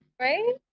right